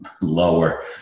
lower